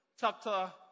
chapter